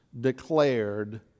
declared